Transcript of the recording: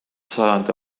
sajandi